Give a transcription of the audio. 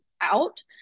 out